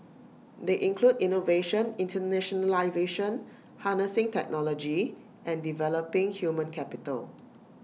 they include innovation internationalisation harnessing technology and developing human capital